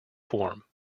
form